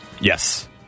Yes